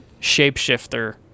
shapeshifter